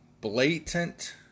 blatant